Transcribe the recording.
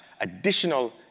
additional